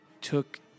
took